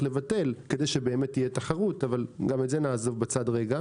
לבטל בכלל כדי שבאמת תהיה תחרות אבל גם את זה נעזוב בצד רגע